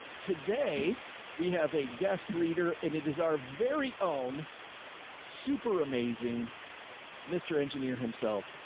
today we have a guest reader and it is our very own super amazing mr. engineer himself,